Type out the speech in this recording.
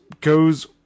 Goes